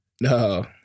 No